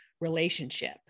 relationship